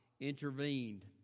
intervened